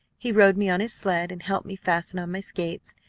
he rode me on his sled, and helped me fasten on my skates,